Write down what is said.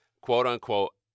quote-unquote